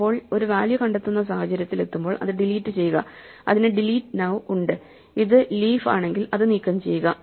ഇപ്പോൾ ഒരു വാല്യൂ കണ്ടെത്തുന്ന സാഹചര്യത്തിൽ എത്തുമ്പോൾ അത് ഡിലീറ്റ് ചെയ്യുക അതിനു ഡിലീറ്റ് നൌ ഉണ്ട് ഇത് ലീഫ് ആണെങ്കിൽ അത് നീക്കം ചെയ്യുക